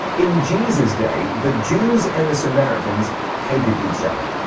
in jesus' day, the jews and the samaritans hated each other.